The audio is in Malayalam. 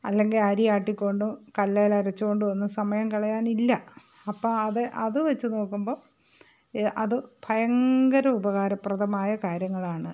അല്ലെങ്കിൽ അരി ആട്ടികൊണ്ടും കല്ലിൽ അരച്ചുകൊണ്ടും ഒന്നും സമയം കളയാനില്ല അപ്പം അത് അത് വെച്ച് നോക്കുമ്പം അത് ഭയങ്കര ഉപകാരപ്രദമായ കാര്യങ്ങളാണ്